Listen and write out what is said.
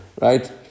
right